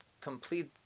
complete